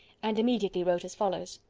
and immediately wrote as follows